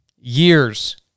Years